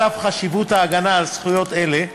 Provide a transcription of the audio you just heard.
על אף חשיבות ההגנה על זכויות אלה,